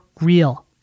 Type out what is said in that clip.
real